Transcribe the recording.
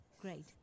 Great